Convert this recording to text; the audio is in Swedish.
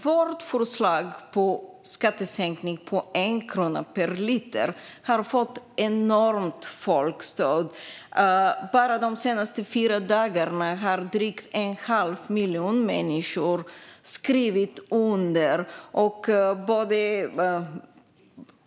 Vårt förslag om en skattesänkning på 1 krona per liter har fått ett enormt folkstöd. Bara de senaste fyra dagarna har drygt en halv miljon människor skrivit under när det gäller detta.